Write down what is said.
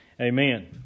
Amen